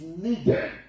needed